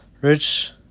Rich